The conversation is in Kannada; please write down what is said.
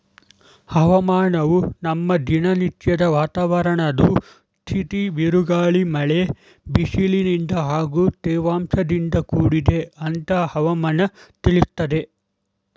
ಹವಾಮಾನವು ನಮ್ಮ ದಿನನತ್ಯದ ವಾತಾವರಣದ್ ಸ್ಥಿತಿ ಬಿರುಗಾಳಿ ಮಳೆ ಬಿಸಿಲಿನಿಂದ ಹಾಗೂ ತೇವಾಂಶದಿಂದ ಕೂಡಿದೆ ಅಂತ ಹವಾಮನ ತಿಳಿಸ್ತದೆ